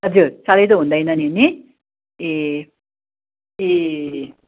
हजुर साह्रै त हुँदैन नि नि ए ए